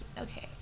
Okay